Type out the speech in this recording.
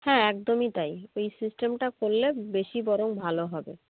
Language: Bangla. হ্যাঁ একদমই তাই এই সিস্টেমটা করলে বেশি বরং ভালো হবে